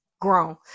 grown